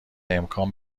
امکان